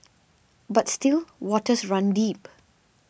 but still waters run deep